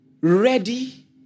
ready